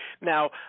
Now